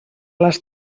les